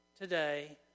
today